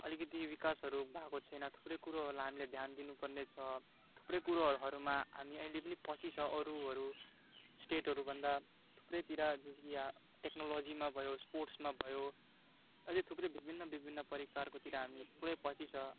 अलिकति विकासहरू भएको छैन थुप्रै कुरोहरूलाई हामीले ध्यान दिनुपर्ने छ थुप्रै कुरोहरूमा हामी अहिले पनि पछि छ अरूहरू स्टेटहरूभन्दा थुप्रैतिर जस्तो कि यहाँ टेक्नोलेजीमा भयो स्पोर्टसमा भयो अझै थुप्रै विभिन्न विभिन्न प्रकारकोतिर हामी थुप्रै पछि छ